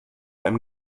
einem